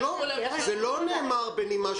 אחת הבעיות הייתה שלא פתחו את הגנים ולא